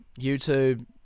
YouTube